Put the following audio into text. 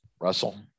Russell